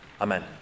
Amen